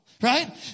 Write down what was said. right